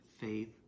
faith